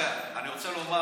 אני רוצה לומר,